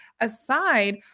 aside